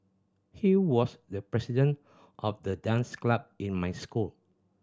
he was the president of the dance club in my school